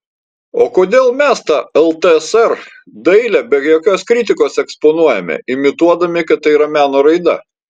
o kodėl mes tą ltsr dailę be jokios kritikos eksponuojame imituodami kad tai yra meno raida